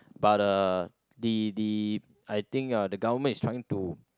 but uh the the I think uh the government is trying to